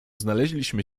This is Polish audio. znaleźliśmy